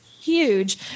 huge